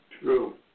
True